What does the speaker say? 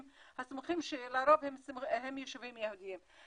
הסמוכים ולרוב הם יישובים יהודיים.